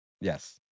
Yes